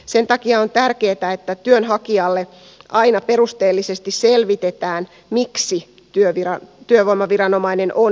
sen takia on tärkeätä että työnhakijalle aina perusteellisesti selvitetään miksi työvoimaviranomainen on jotakin mieltä